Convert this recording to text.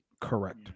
Correct